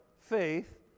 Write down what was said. faith